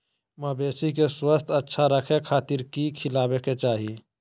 मवेसी के स्वास्थ्य अच्छा रखे खातिर की खिलावे के चाही?